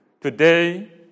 Today